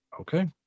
okay